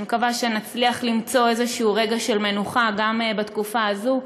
אני מקווה שנצליח למצוא איזה רגע של מנוחה גם בתקופה הזאת.